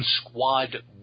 Squad